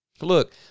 Look